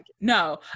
no